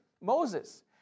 Moses